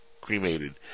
cremated